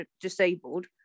disabled